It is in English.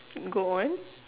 go on